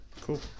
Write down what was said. Cool